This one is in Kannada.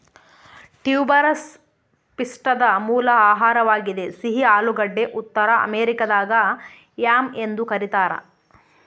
ಟ್ಯೂಬರಸ್ ಪಿಷ್ಟದ ಮೂಲ ಆಹಾರವಾಗಿದೆ ಸಿಹಿ ಆಲೂಗಡ್ಡೆ ಉತ್ತರ ಅಮೆರಿಕಾದಾಗ ಯಾಮ್ ಎಂದು ಕರೀತಾರ